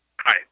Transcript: Hi